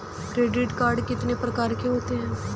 Credit card कितने प्रकार के होते हैं?